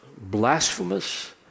blasphemous